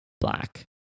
black